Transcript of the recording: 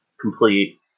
complete